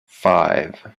five